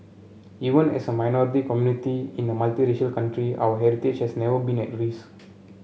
even as a minority community in a multiracial country our heritage has never been at risk